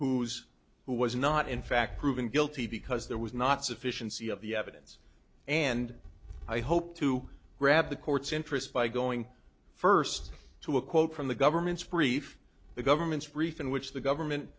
who's who was not in fact proven guilty because there was not sufficiency of the evidence and i hope to grab the court's interest by going first to a quote from the government's brief the government's reef in which the government